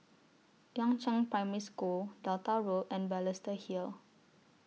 Yangzheng Primary School Delta Road and Balestier Hill